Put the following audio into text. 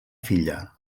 filla